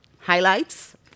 highlights